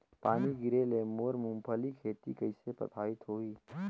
पानी गिरे ले मोर मुंगफली खेती कइसे प्रभावित होही?